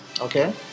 Okay